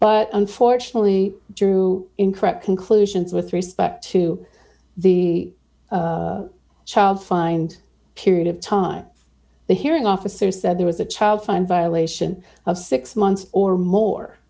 but unfortunately drew incorrect conclusions with respect to the child find a period of time the hearing officer said there was a child fine violation of six months or more